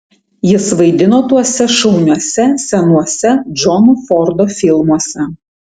jis vaidino tuose šauniuose senuose džono fordo filmuose